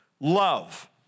love